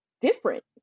different